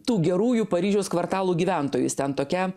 tų gerųjų paryžiaus kvartalų gyventojus ten tokia